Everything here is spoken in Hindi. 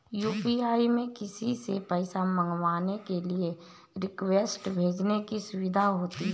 यू.पी.आई में किसी से पैसा मंगवाने के लिए रिक्वेस्ट भेजने की सुविधा होती है